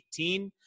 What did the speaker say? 2018